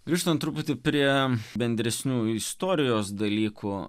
grįžtant truputį prie bendresnių istorijos dalykų